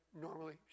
normally